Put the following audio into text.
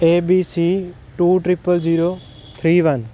A B C two triple zero three one